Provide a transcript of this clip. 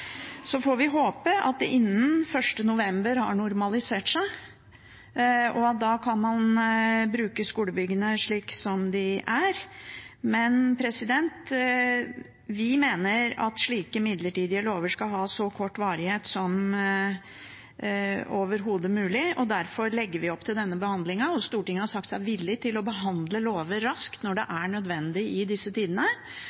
Så får vi håpe at det innen 1. november har normalisert seg, og at man da kan bruke skolebygningene slik de er. Vi mener at slike midlertidige lover skal ha så kort varighet som overhodet mulig, derfor legger vi opp til denne behandlingen. Stortinget har sagt seg villig til å behandle lover raskt når det